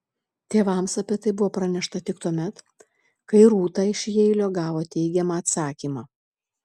tėvams apie tai buvo pranešta tik tuomet kai rūta iš jeilio gavo teigiamą atsakymą